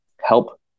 help